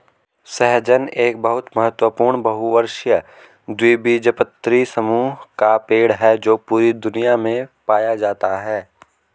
सहजन एक बहुत महत्वपूर्ण बहुवर्षीय द्विबीजपत्री समूह का पेड़ है जो पूरी दुनिया में पाया जाता है